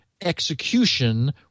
execution